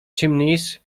chimneys